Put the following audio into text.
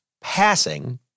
passing